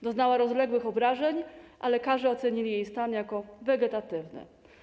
Doznała rozległych obrażeń, a lekarze ocenili jest stan jako wegetatywny.